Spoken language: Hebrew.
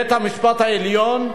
בית-המשפט העליון,